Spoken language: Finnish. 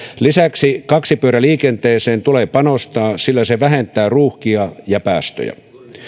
lisäksi kaksipyöräliikenteeseen tulee panostaa sillä se vähentää ruuhkia ja päästöjä